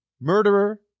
murderer